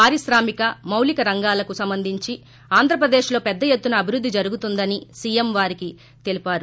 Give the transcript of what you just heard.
పారిశ్రామిక మౌలీక రంగాలకు సంబంధించి ఆంధ్రప్రదేశ్లో పెద్దయెత్తున అభివృద్ది జరుగుతోందని సీఎం వారికి తెలిపారు